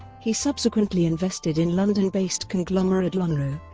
he subsequently invested in london-based conglomerate lonrho,